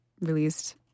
released